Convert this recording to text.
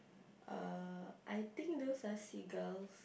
uh I think those are seagulls